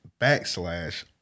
backslash